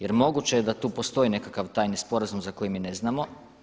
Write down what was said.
Jer moguće je da tu postoji nekakav tajni sporazum za koji mi ne znamo.